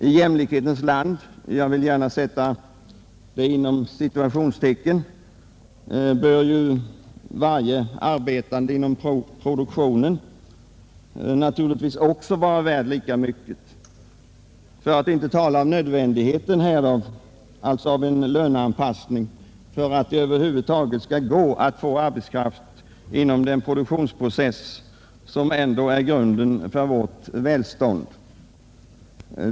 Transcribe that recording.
”I jämlikhetens land” — jag vill gärna sätta orden inom citationstecken — bör ju varje arbetande inom produktionen naturligtvis också vara värd lika mycket, för att inte tala om nödvändigheten av en löneanpassning för att det över huvud skall gå att få arbetskraft inom den produktionsprocess som ändå utgör grunden för vårt välstånd.